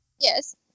Yes